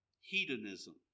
Hedonism